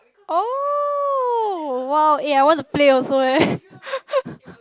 oh !wow! eh I want to play also leh